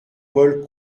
paul